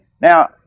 Now